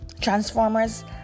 Transformers